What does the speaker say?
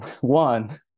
one